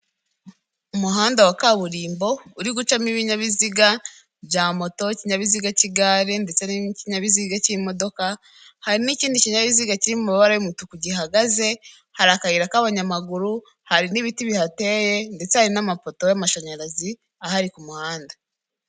Umuhanda wa kaburimbo uri gucamo ibinyabiziga bya moto n'ikinyabiziga k'igare, ndetse n'ikinyabiziga cy'imodoka hari n'ikindi kinyabiziga kiri mu mabara y'umutuku gihagaze hari akayira k'abanyamaguru, hari n'ibiti bihateye ndetse hari n'amapoto y'amashanyarazi ahari ku muhanda.